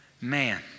Man